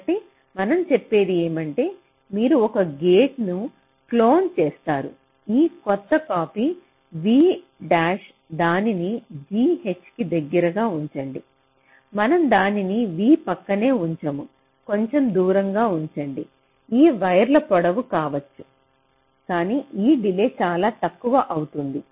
కాబట్టి మనం చెప్పేది ఏమంటే మీరు ఒక గేటును క్లోన్ చేస్తారు ఈ క్రొత్త కాపీ v డాష్ దానిని g h కి దగ్గరగా ఉంచండి మనం దానిని v ప్రక్కనే ఉంచము కొంచెం దూరంగా ఉంచండి ఈ వైర్లు పొడవు కావచ్చు కానీ ఈ డిలే చాలా తక్కువ అవుతుంది